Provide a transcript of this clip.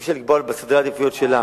אי-אפשר לקבוע לה בסדרי העדיפויות שלה.